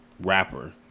rapper